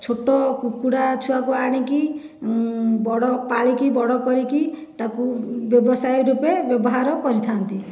ଛୋଟ କୁକୁଡ଼ା ଛୁଆକୁ ଆଣିକି ବଡ଼ ପାଳିକି ବଡ଼ କରିକି ତାକୁ ବ୍ୟବସାୟ ରୂପେ ବ୍ୟବହାର କରିଥାନ୍ତି